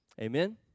Amen